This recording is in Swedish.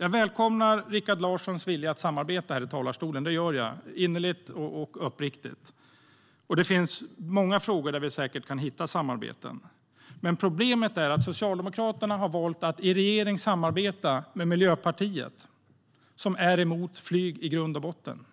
Jag välkomnar Rikard Larssons vilja att samarbeta; det gör jag innerligt och uppriktigt. Det finns många frågor där vi säkert kan hitta samarbeten. Men problemet är att Socialdemokraterna har valt att i regering samarbeta med Miljöpartiet som är emot flyg i grund och botten